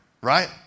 Right